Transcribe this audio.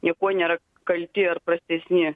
niekuo nėra kalti ar prastesni